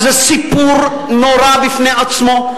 שזה סיפור נורא בפני עצמו,